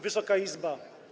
Wysoka Izbo!